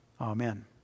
Amen